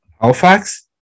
Halifax